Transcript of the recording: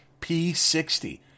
P60